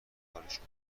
کارشون